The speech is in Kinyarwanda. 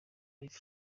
life